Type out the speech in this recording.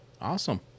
Awesome